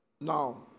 now